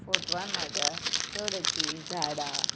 फोटवान म्हज्या चड अशीं झाडां